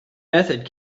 method